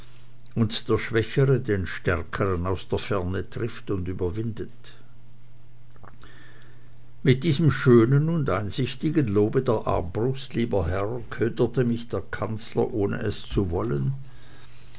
und der schwächere den stärkeren aus der ferne trifft und überwindet mit diesem schönen und einsichtigen lobe der armbrust lieber herr köderte mich der kanzler ohne es zu wollen